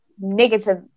negative